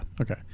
Okay